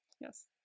Yes